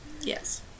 Yes